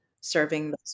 serving